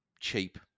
cheap